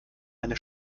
eine